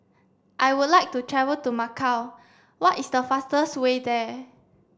I would like to travel to Macau What is the fastest way there